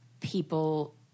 people